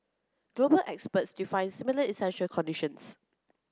global experts define similar essential conditions